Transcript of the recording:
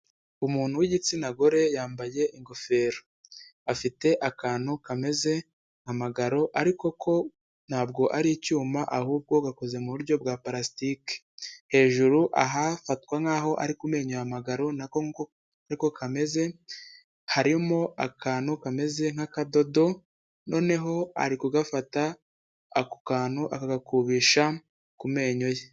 Umuntu w'igitsina gore yambaye ingofero, afite akantu kameze nka magaro ariko ko ntabwo ari icyuma ahubwo gakoze muburyo bwa parasitike, hejuru ahafatwa nkaho ari ku menyo ya magaro nako ariko kameze harimo akantu kameze nk'akadodo noneho ari kugafata ako kantu agakubisha ku menyo ye.